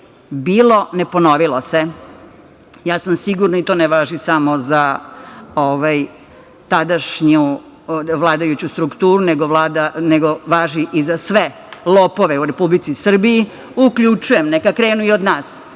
Bilo - ne ponovilo se. Sigurna sam i to ne važi samo za tadašnju vladajuću strukturu, nego važi i za sve lopove u Republici Srbiji. Uključujem, neka krenu i od nas,